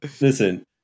listen